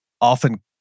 often